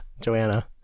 Joanna